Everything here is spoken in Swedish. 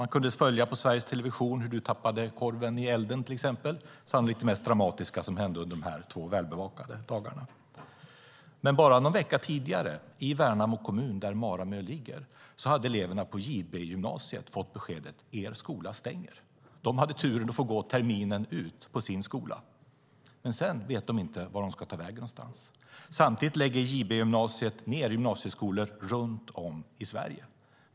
Man kunde på Sveriges Television följa hur du tappade korven i elden, till exempel - sannolikt det mest dramatiska som hände under dessa två välbevakade dagar. Bara någon vecka tidigare i Värnamo kommun, där Maramö ligger, hade dock eleverna på JB Gymnasiet fått beskedet: Er skola stänger. De hade turen att få gå terminen ut på sin skola, men sedan vet de inte vart de ska ta vägen. Samtidigt lägger JB Gymnasiet ned gymnasieskolor runt om i Sverige.